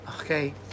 okay